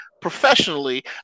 professionally